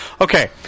Okay